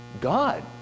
God